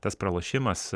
tas pralošimas